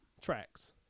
tracks